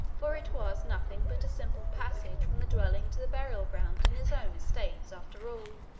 for it was nothing but a simple passage from the dwelling to the burial-ground in his own estates, after all.